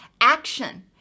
action